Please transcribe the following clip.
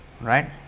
right